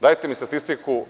Dajte mi statistiku.